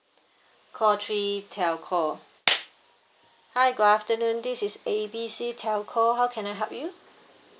call three telco hi good afternoon this is A B C telco how can I help you